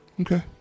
Okay